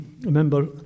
remember